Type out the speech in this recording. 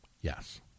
Yes